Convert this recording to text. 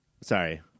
Sorry